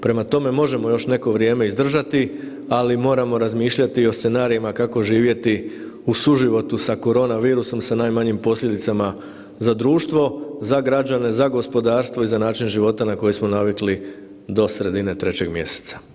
Prema tome, možemo još neko vrijeme izdržati, ali moramo razmišljati i o scenarijima kako živjeti u suživotu sa korona virusom sa najmanjim posljedicama za društvo, za građane, za gospodarstvo i za način života na koji smo navikli do sredine 3. mjeseca.